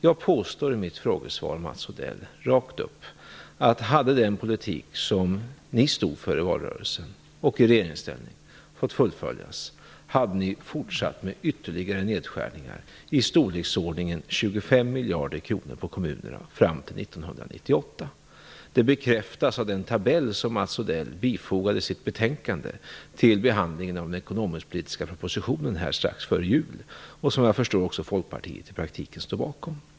Jag påstår i mitt frågesvar, Mats Odell, rakt upp att hade den politik som ni stod för i valrörelsen och i regeringsställning fått fullföljas, hade ni fortsatt med ytterligare nedskärningar i storleksordningen 25 miljarder kronor på kommunerna fram till 1998. Det bekräftas av den tabell som Mats Odell bifogade betänkandet vid behandlingen av den ekonomisk-politiska propositionen strax före jul och som, såvitt jag förstår, också Folkpartiet i praktiken stod bakom.